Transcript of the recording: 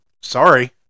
Sorry